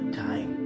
time